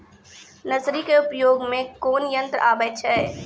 Nursery के उपयोग मे कोन यंत्र आबै छै?